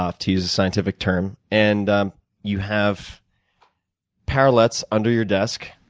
ah to use a scientific term. and you have parallettes under your desk.